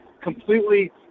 completely